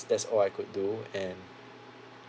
that's all I could do and